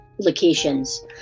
locations